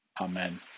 Amen